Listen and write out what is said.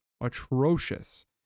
atrocious